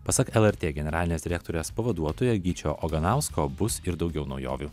pasak lrt generalinės direktorės pavaduotojo gyčio oganausko bus ir daugiau naujovių